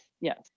Yes